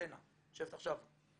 אתנה יושבת עכשיו במכון,